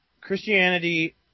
Christianity